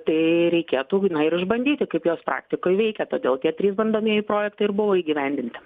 tai reikėtų ir išbandyti kaip jos praktikoj veikia todėl tie trys bandomieji projektai ir buvo įgyvendinti